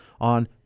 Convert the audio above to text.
on